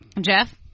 Jeff